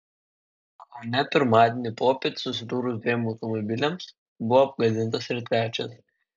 kaune pirmadienį popiet susidūrus dviem automobiliams buvo apgadintas ir trečias